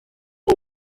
bws